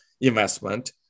investment